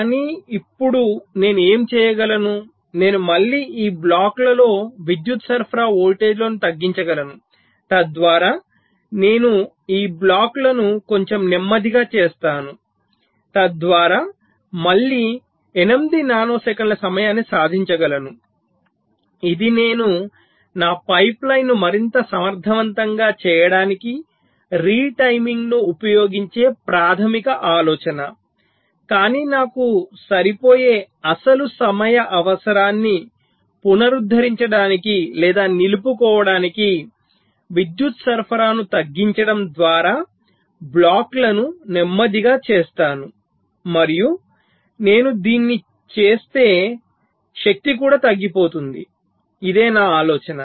కానీ ఇప్పుడు నేను ఏమి చేయగలను నేను మళ్ళీ ఈ బ్లాకులలో విద్యుత్ సరఫరా వోల్టేజ్లను తగ్గించగలను తద్వారా నేను ఈ బ్లాకులను కొంచెం నెమ్మదిగా చేస్తాను తద్వారా మళ్ళీ 8 నానోసెకన్ల సమయాన్ని సాధించగలను ఇది నేను నా పైప్లైన్ను మరింత సమర్థవంతంగా చేయడానికి రిటైమింగ్ ను ఉపయోగించే ప్రాథమిక ఆలోచన కానీ నాకు సరిపోయే అసలు సమయ అవసరాన్ని పునరుద్ధరించడానికి లేదా నిలుపుకోవటానికి విద్యుత్ సరఫరాను తగ్గించడం ద్వారా బ్లాక్లను నెమ్మదిగా చేస్తాను మరియు నేను దీన్ని చేస్తే శక్తి కూడా తగ్గిపోతుంది ఇది ఆలోచన